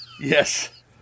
Yes